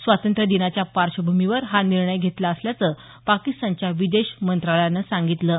स्वातंत्र्य दिनाच्या पार्श्वभूमीवर सद्भावनेतूनहा निर्णय घेतला असल्याचं पाकिस्तानच्या विदेश मंत्रालयानं सांगितल आहे